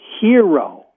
hero